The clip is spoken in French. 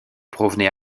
provenait